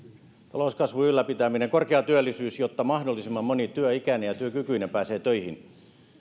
talouskasvun ylläpitäminen korkea työllisyys jotta mahdollisimman moni työikäinen ja työkykyinen pääsee töihin